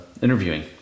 interviewing